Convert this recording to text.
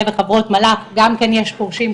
וחברות הארגון גם כן יש פורשים כמובן.